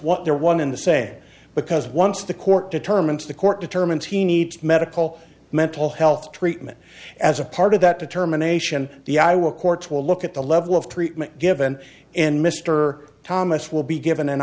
what they're one in the say because once the court determines the court determines he needs medical mental health treatment as a part of that determination the i will courts will look at the level of treatment given and mr thomas will be given an